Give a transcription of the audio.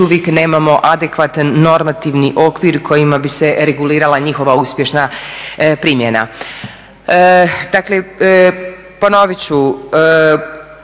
uvijek nemamo adekvatan normativni okvir kojima bi se regulirala njihova uspješna primjena.